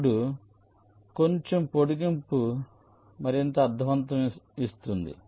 ఇప్పుడు కొంచెం పొడిగింపు మరింత అర్ధవంతం చేస్తుంది